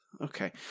Okay